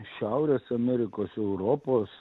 šiaurės amerikos europos